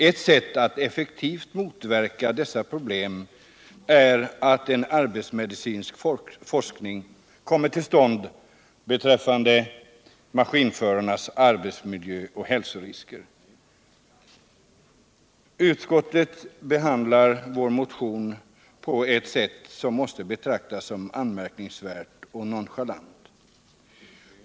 Ett sätt att effektivt motverka dessa problem är att en arbetsmedicinsk forskning kommer till stånd beträffande maskinförares arbetsmiljö och hälsorisker. Utskottet behandlar vår motion på ett sätt som måste betraktas som anmärkningsvärt och nonchalant.